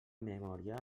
memòria